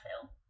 film